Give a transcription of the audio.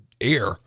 air